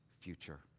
future